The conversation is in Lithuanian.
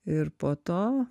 ir po to